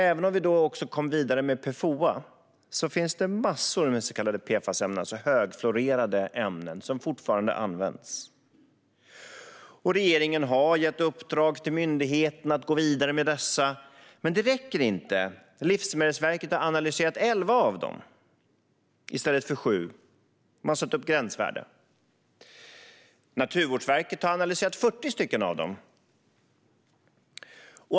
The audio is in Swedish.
Även om vi kom vidare med PFOA finns det massor med så kallade PFAS-ämnen, alltså högfluorerade ämnen, som fortfarande används. Regeringen har gett uppdrag till myndigheter att gå vidare, men det räcker inte. Livsmedelsverket har analyserat elva ämnen, i stället för sju, och satt upp gränsvärden. Naturvårdsverket har analyserat 40 stycken.